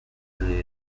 name